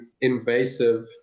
invasive